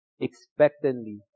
expectantly